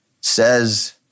says